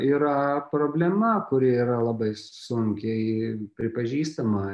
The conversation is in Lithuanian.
yra problema kuri yra labai sunkiai pripažįstama